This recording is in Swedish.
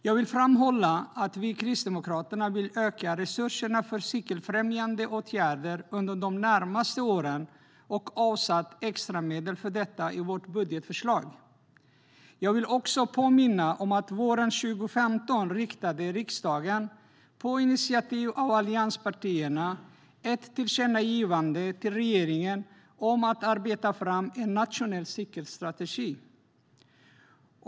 Jag vill framhålla att vi kristdemokrater vill öka resurserna för cykelfrämjande åtgärder under de närmaste åren och vi har avsatt extra medel för detta i vårt budgetförslag. Jag vill också påminna om att våren 2015 gjorde riksdagen, på initiativ av allianspartierna, ett tillkännagivande till regeringen om att arbeta fram en nationell cykelstrategi.